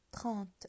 Trente